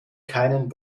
keinen